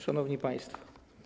Szanowni Państwo!